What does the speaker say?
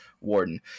warden